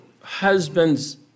husband's